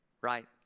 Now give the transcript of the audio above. right